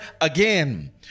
again